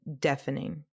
deafening